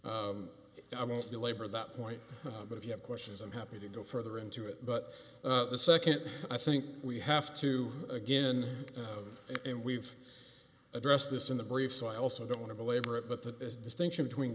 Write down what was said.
of i won't belabor that point but if you have questions i'm happy to go further into it but the nd i think we have to again and we've addressed this in the brief so i also don't want to belabor it but the distinction between